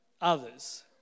others